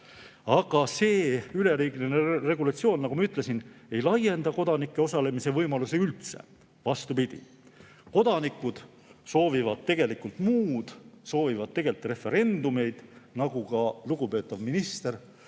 Aga see üleriigiline regulatsioon, nagu ma ütlesin, ei laienda kodanike osalemise võimalust üldse. Vastupidi, kodanikud soovivad tegelikult muud, soovivad referendumeid, nagu ka lugupeetav minister